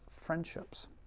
friendships